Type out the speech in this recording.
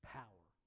power